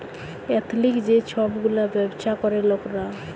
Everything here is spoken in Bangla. এথলিক যে ছব গুলা ব্যাবছা ক্যরে লকরা